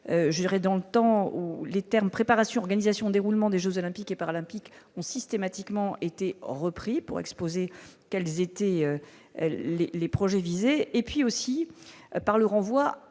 gérer dans le temps où les termes préparation organisation déroulement des Jeux olympiques et paralympiques ont systématiquement été repris pour exposer quelles étaient-elles les projets et puis aussi par le renvoi,